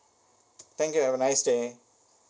thank you have a nice day